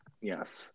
yes